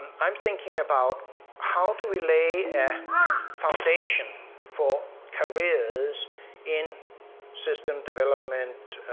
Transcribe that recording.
and i'm thinking about how do we lay a foundation for careers in system development,